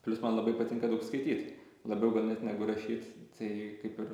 plius man labai patinka daug skaityt labiau gal net negu rašyt tai kaip ir